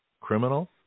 criminal